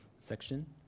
section